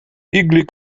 eagle